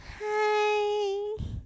Hi